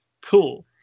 cool